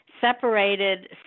separated